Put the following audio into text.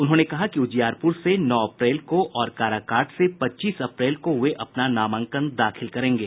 उन्होंने कहा कि उजियारपुर से नौ अप्रैल को और काराकाट से पच्चीस अप्रैल को वे अपना नामांकन दाखिल करेंगे